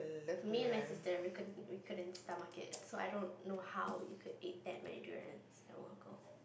me and my sister we couldn't we couldn't stomach it so I don't know how you can eat that many durians at one go